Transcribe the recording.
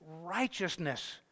righteousness